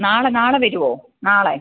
നാളെ നാളെ വരുമോ നാളെ